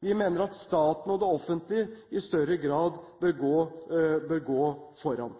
Vi mener at staten og det offentlige i større grad bør gå foran.